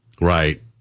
right